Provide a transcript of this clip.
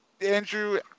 Andrew